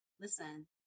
listen